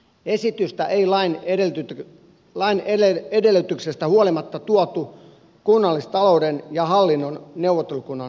esitystä ei lain edellytyksestä huolimatta tuotu kunnallistalouden ja hallinnon neuvottelukunnan käsiteltäväksi